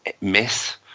miss